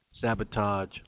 sabotage